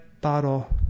bottle